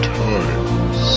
times